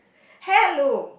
hello